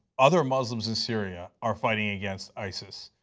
other muslims in syria are fighting against isis.